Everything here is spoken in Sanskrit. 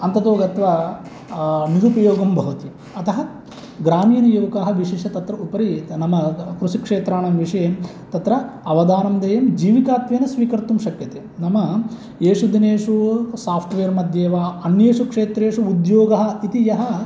अन्ततोगत्वा निरुपयोगं भवति अतः ग्रामीणयुवकाः विशेष तत्र उपरि नाम कृषिक्षेत्राणां विषये तत्र अवधानं देयं जीवकात्वेन स्वीकर्तुं शक्यते नाम येषु दिनेषु साफ्ट्वेयर् मध्ये वा अन्येषु क्षेत्रेषु उद्योगः इति यः